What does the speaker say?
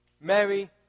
Mary